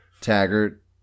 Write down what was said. Taggart